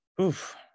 Oof